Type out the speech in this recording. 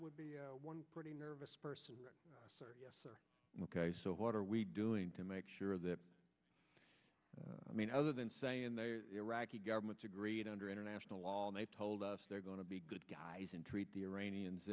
would be one pretty nervous person sir yes sir ok so what are we doing to make sure that i mean other than say in the iraqi government's agreed under international law they told us they're going to be good guys and treat the iranians